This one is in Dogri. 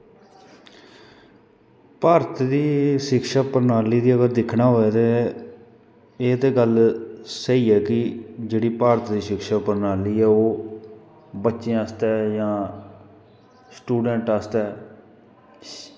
भारत दी शिक्षा प्रणाली गी अगर दिक्खना होऐ ते एह् ते गल्ल स्हेई ते कि जेह्ड़ी भारती दी शिक्षा प्रणाली ऐ ओह् बच्चें आस्तै जां स्टूडैंट आस्तै